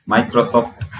Microsoft